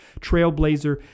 trailblazer